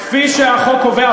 כפי שהחוק קובע.